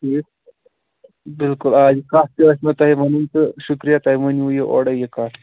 ٹھیٖک بِلکُل آ یہِ کتھ تہِ مےٚ ؤنوٕ تہٕ شُکریہ تۄہہِ ؤنوٕ یہِ اورے یہِ کتھ